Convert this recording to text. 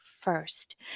first